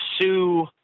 sue